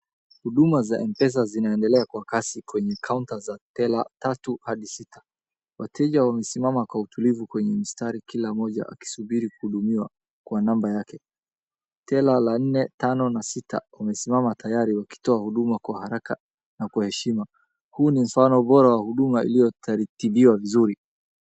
Huduma za M-Pesa zinaendelea kwa kasi kwenye kaunta za tela tatu hadi sita. Wateja wamesimama kwa utulivu kwenye mistari, kila mmoja akisubiri kudumiwa kwa namba yake. Tela la nne, tano na sita wamesimama tayari vakitoa huduma kwa haraka na kwa heshima. Huu ni mfano bora wa huduma iliyotaritibiwa vizuri.